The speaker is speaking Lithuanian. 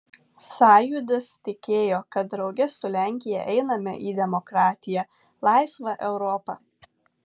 sąjūdis tikėjo kad drauge su lenkija einame į demokratiją laisvą europą